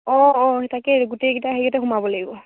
অঁ অঁ তাকেই গোটেইকেইটা হেৰিকেইটাতে সোমাব লাগিব